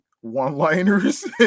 one-liners